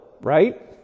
right